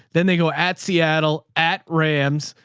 then they go at seattle at rams,